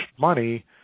money